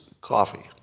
coffee